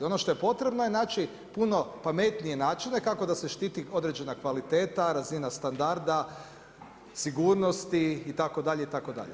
Ono što je potrebno je naći puno pametnije načine kako da se štiti određena kvaliteta, razina standarda, sigurnosti itd., itd.